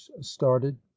started